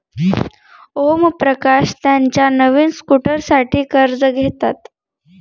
ओमप्रकाश त्याच्या नवीन स्कूटरसाठी कर्ज घेतात